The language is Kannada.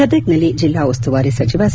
ಗದಗ್ನಲ್ಲಿ ಜಿಲ್ಲಾ ಉಸ್ತುವಾರಿ ಸಚಿವ ಸಿ